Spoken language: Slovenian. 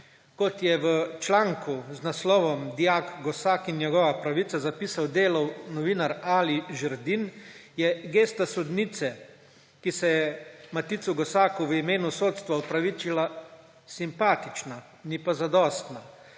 Kot je v članku z naslovom Dijak Gosak in njegova pravica zapisal Delov novinar Ali Žerdin, je gesta sodnice, ki se je Maticu Gosaku v imenu sodstva opravičila, simpatična, ni pa zadostna.